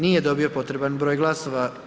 Nije dobio potreban broj glasova.